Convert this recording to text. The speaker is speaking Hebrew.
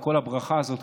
וכל הברכה הזאת,